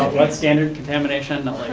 what standard contamination not like,